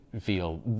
feel